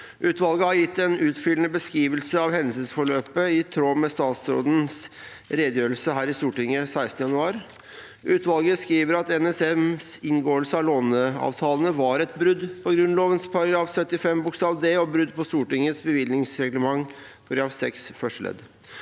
Utvalget har gitt en utfyllende beskrivelse av hendelsesforløpet i tråd med statsrådens redegjørelse her i Stortinget den 16. januar. – Utvalget skriver at NSMs inngåelse av låneavtalene var et brudd på Grunnloven § 75 d og brudd på Stortingets bevilgningsreglement § 6 første ledd.